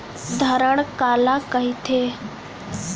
धरण काला कहिथे?